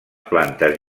plantes